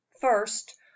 First